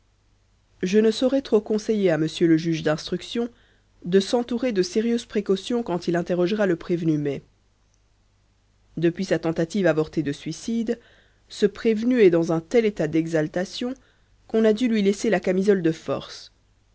je ne saurais trop conseiller à monsieur le juge d'instruction de s'entourer de sérieuses précautions quand il interrogera le prévenu mai depuis sa tentative avortée de suicide ce prévenu est dans un tel état d'exaltation qu'on a dû lui laisser la camisole de force